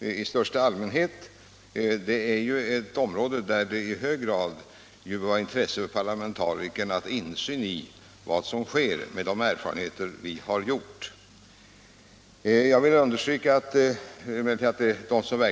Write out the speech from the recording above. i största allmänhet. Det är av stort intresse för oss parlamentariker att vi, med de erfarenheter vi har gjort på detta område, får insyn i vad som sker.